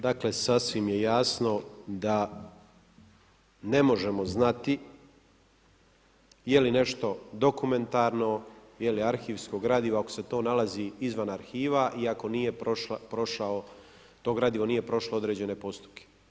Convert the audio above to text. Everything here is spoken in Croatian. Dakle, sasvim je jasno da ne možemo znati je li nešto dokumentarno, je li arhivsko gradivo ako se to nalazi izvan arhiva i ako nije prošao to gradivo nije prošlo određene postupke.